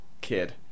kid